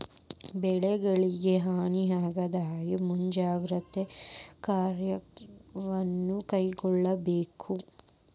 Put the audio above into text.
ಬೆಳೆಗಳಿಗೆ ಹಾನಿ ಆಗದಹಾಗೆ ಮುಂಜಾಗ್ರತೆ ಕ್ರಮವನ್ನು ಕೈಗೊಳ್ಳಬೇಕು